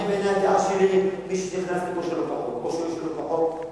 בעניין הדעה שלי: מי שנכנס לפה שלא כחוק או שוהה שלא כחוק,